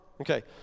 Okay